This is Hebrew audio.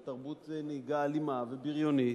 ותרבות נהיגה אלימה ובריונית,